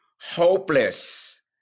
Hopeless